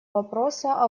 вопроса